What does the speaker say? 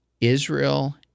Israel